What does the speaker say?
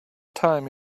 time